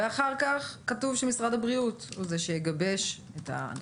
ואחר כך כתוב שמשרד הבריאות הוא זה שיגבש את ה-,